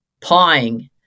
pawing